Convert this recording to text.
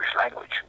language